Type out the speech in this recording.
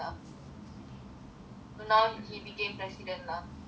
so now he became president lah mm